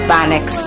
Bannex